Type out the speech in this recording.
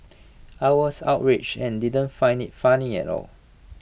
I was outraged and didn't find IT funny at all